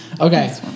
Okay